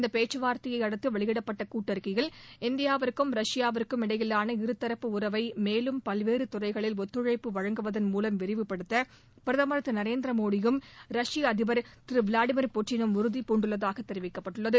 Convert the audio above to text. இந்த பேச்சுவார்த்தையை அடுத்து வெளியிடப்பட்ட கூட்டறிக்கையில் இந்தியாவிற்கும் ரஷ்யாவிற்கும் இருதரப்பு உறவை மேலும் பல்வேறு துறைகளில் ஒத்துழைப்பு வழங்குவதன் இடையிலான மூலம் விரிவுப்படுத்த பிரதமர் திரு நரேந்திர மோடியும் ரஷ்ய அதிபர் திரு விளாடிமிர் புட்டினும் உறுதி பூண்டுள்ளதாக தெரிவிக்கப்பட்டுள்ளது